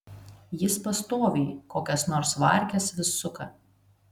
jis pastoviai kokias nors varkes vis suka